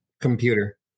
computer